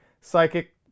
psychic